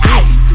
ice